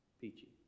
peachy